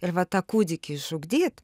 ir va tą kūdikį išugdyt